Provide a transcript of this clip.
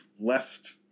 left